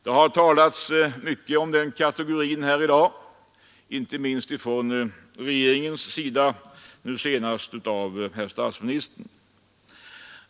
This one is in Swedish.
Det har talats mycket om den kategorin här i dag, inte minst från regeringens sida och nu senast av statsministern.